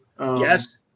Yes